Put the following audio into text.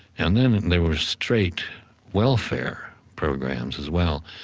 and then there was straight welfare programs as well.